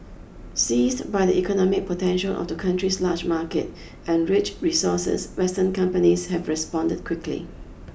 seized by the economic potential of the country's large market and rich resources Western companies have responded quickly